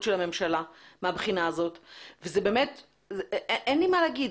של הממשלה מהבחינה הזאת ואין לי מה להגיד.